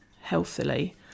healthily